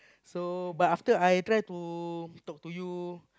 so but after I try to talk to you